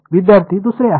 विद्यार्थी दुसरे आहे